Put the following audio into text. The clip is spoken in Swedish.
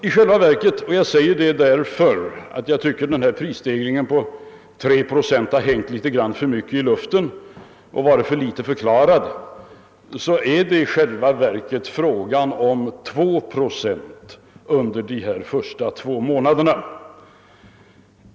I själva verket — jag säger det därför att jag tycker att denna prisstegring på 3 procent har hängt litet för mycket i luften och varit för litet förklarad — är det fråga om 2 procent under de första två månaderna.